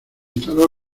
instaló